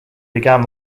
began